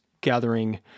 gathering